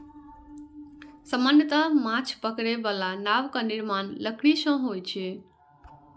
सामान्यतः माछ पकड़ै बला नावक निर्माण लकड़ी सं होइ छै